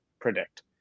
predict